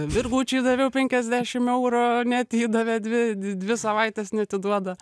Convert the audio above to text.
virgučiui daviau penkiasdešim eurų neatidavė dvi dvi savaites neatiduoda